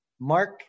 Mark